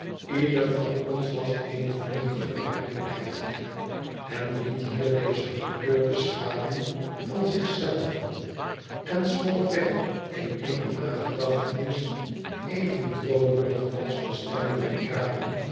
ieder van ons was eene vluchtige werkelijkheid hier en liet hier deze gekleurde schaduw van zich zelven en smolt weg in eene nagedachtenis even droomerig als de stemmen der kraaien